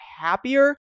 happier